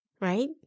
right